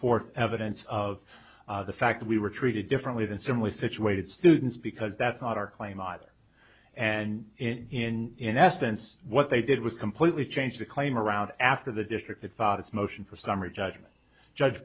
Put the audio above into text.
forth evidence of the fact that we were treated differently than simply situated students because that's not our claim either and in in essence what they did was completely change the claim around after the district fathers motion for summary judgment judge